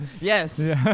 Yes